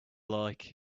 like